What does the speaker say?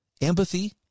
empathy